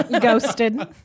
Ghosted